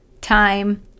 time